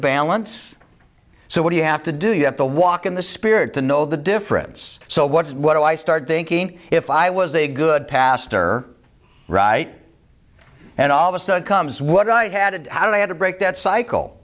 balance so what you have to do you have to walk in the spirit to know the difference so what's what do i start thinking if i was a good pastor right and all of a sudden comes what i had i had to break that cycle